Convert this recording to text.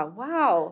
wow